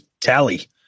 Tally